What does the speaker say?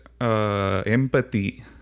empathy